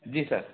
जी sir